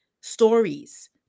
stories